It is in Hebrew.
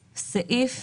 התחלת להסביר את סעיף